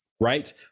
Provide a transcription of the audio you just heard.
right